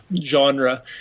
genre